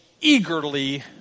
eagerly